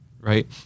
right